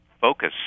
focus